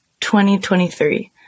2023